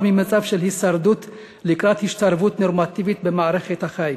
ממצב של הישרדות להשתלבות נורמטיבית במערכת החיים